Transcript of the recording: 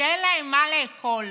שאין להם מה לאכול?